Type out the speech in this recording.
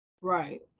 Right